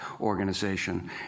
organization